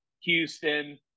Houston